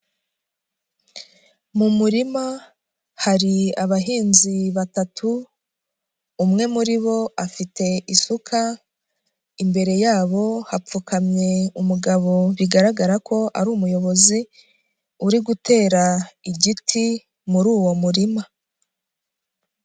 Mu murima hari abahinzi batatu umwe muri bo afite isuka, imbere yabo hapfukamye umugabo bigaragara ko ari umuyobozi uri gutera igiti muri uwo murima.